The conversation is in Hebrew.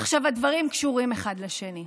עכשיו, הדברים קשורים אחד לשני.